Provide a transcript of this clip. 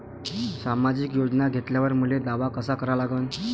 सामाजिक योजना घेतल्यावर मले दावा कसा करा लागन?